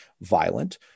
violent